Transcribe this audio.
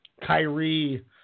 Kyrie